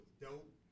dope